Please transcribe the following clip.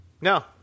No